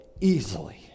easily